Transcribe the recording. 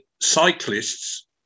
cyclists